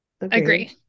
agree